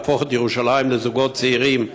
להפוך את ירושלים לעיר לזוגות צעירים.